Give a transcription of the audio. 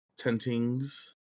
Tentings